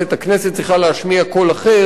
הכנסת צריכה להשמיע קול אחר,